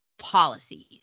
policies